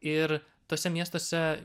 ir tuose miestuose